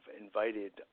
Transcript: invited